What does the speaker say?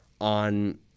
on